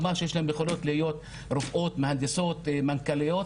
הן יכולות להיות רופאות מהנדסות מנכ"ליות,